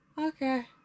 Okay